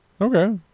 Okay